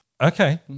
okay